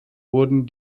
wurden